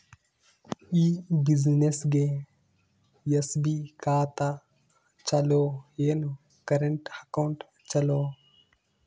ಈ ಬ್ಯುಸಿನೆಸ್ಗೆ ಎಸ್.ಬಿ ಖಾತ ಚಲೋ ಏನು, ಕರೆಂಟ್ ಅಕೌಂಟ್ ಚಲೋ?